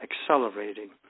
accelerating